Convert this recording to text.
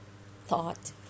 thought